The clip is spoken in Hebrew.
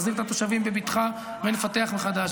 נחזיר את התושבים בבטחה ונפתח מחדש.